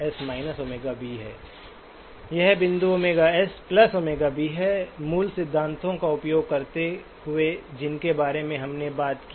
यह बिंदु Ωs ΩB है मूल सिद्धांतों का उपयोग करते हुए जिनके बारे में हमने बात की है